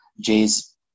Jay's